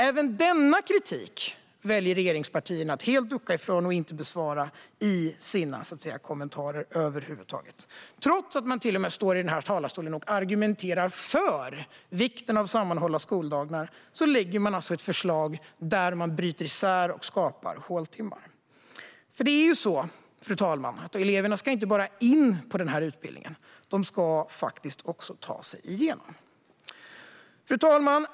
Även denna kritik väljer regeringspartierna att helt ducka för och att inte över huvud taget besvara. Trots att man till och med står i denna talarstol och argumenterar för vikten av sammanhållna skoldagar lägger man alltså fram ett förslag där man bryter isär och skapar håltimmar. Det är ju så, fru talman, att eleverna inte bara ska in på utbildningen. De ska faktiskt också ta sig igenom den. Fru talman!